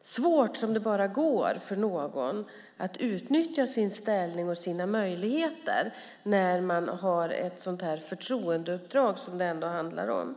svårt som möjligt för någon att utnyttja sin ställning och sina möjligheter när man har ett sådant förtroendeuppdrag som det här handlar om.